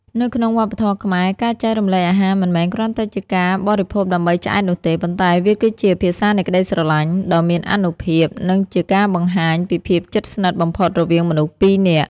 នៅក្នុងវប្បធម៌ខ្មែរ ការចែករំលែកអាហារមិនមែនគ្រាន់តែជាការបរិភោគដើម្បីឆ្អែតនោះទេ ប៉ុន្តែវាគឺជា «ភាសានៃក្ដីស្រឡាញ់» ដ៏មានអានុភាព និងជាការបង្ហាញពីភាពជិតស្និទ្ធបំផុតរវាងមនុស្សពីរនាក់។